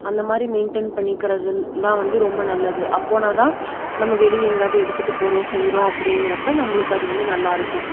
அந்தமாதிரி மெயின்டெயின் பண்ணிக்கிறது தான் வந்து ரொம்ப நல்லது அப்போன்னால்தான் நம்ம வெளியே எங்காவது எடுத்துட்டு போகிறோம் செய்கிறோம் அப்படிங்கிறப்ப நம்மளுக்கு அது வந்து நல்லா இருக்கும்